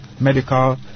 medical